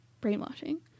brainwashing